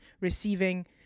receiving